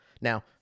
Now